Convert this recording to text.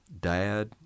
dad